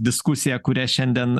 diskusiją kurią šiandien